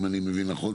אם אני מבין נכון,